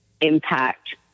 impact